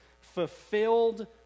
fulfilled